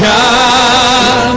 God